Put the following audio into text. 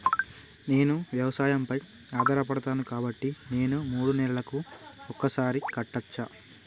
నేను వ్యవసాయం పై ఆధారపడతాను కాబట్టి నేను మూడు నెలలకు ఒక్కసారి కట్టచ్చా?